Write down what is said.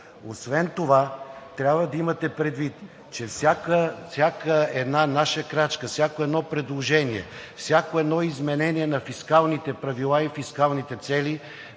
Освен това трябва да имате предвид, че всяка една наша крачка, всяко едно предложение, всяко едно изменение на фискалните правила и фискалните цели